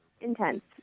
intense